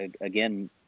again